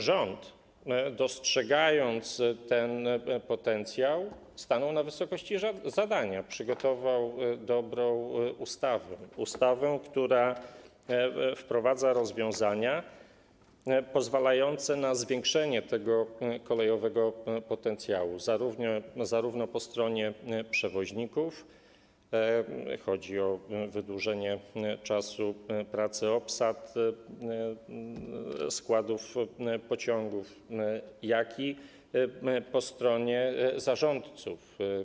Rząd, dostrzegając ten potencjał, stanął na wysokości zadania, przygotował dobrą ustawę, która wprowadza rozwiązania pozwalające na zwiększenie kolejowego potencjału, zarówno po stronie przewoźników - chodzi o wydłużenie czasu pracy obsad składów pociągów - jak i po stronie zarządców.